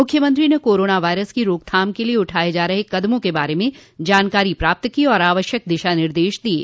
मुख्यमंत्री ने corona virus की रोकथाम क लिये उठाये जा रहे कदमों के बारे में जानकारी प्राप्त की और आवश्यक दिशा निर्देश दिये